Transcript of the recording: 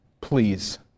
please